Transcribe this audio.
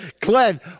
Glenn